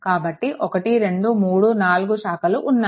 కాబట్టి 1 2 3 4 శాఖలు ఉన్నాయి